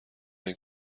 این